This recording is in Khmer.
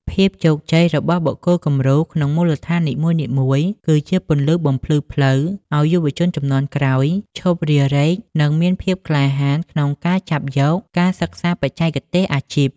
ភាពជោគជ័យរបស់បុគ្គលគំរូក្នុងមូលដ្ឋាននីមួយៗ គឺជាពន្លឺបំភ្លឺផ្លូវឱ្យយុវជនជំនាន់ក្រោយឈប់រារែក និងមានភាពក្លាហានក្នុងការចាប់យកការសិក្សាបច្ចេកទេសជាអាជីព។